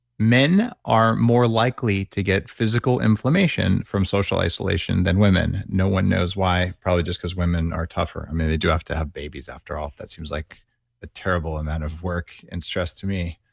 men are more likely to get physical inflammation from social isolation than women. no one knows why. probably just because women are tougher. i mean, they do have to have babies after all that seems like a terrible amount of work and stress to me.